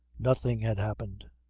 nothing had happened.